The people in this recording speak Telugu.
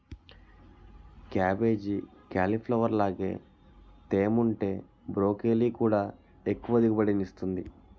కేబేజీ, కేలీప్లవర్ లాగే తేముంటే బ్రోకెలీ కూడా ఎక్కువ దిగుబడినిస్తుంది